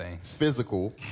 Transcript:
Physical